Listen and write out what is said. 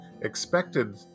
expected